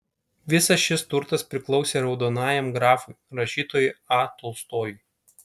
visas šis turtas priklausė raudonajam grafui rašytojui a tolstojui